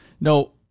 No